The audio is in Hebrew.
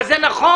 אבל זה נכון.